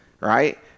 Right